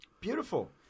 Beautiful